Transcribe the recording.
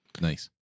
Nice